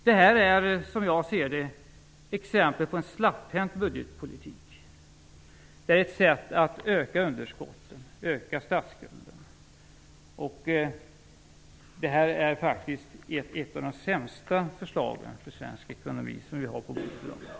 Det är som jag ser det exempel på en slapphänt budgetpolitik. Det är ett sätt att öka underskotten och statsskulden. Detta är faktiskt ett av de sämsta förslagen för svensk ekonomi som vi har på bordet i dag.